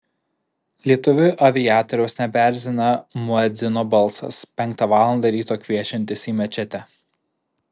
lietuvių aviatoriaus nebeerzina muedzino balsas penktą valandą ryto kviečiantis į mečetę